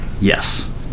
Yes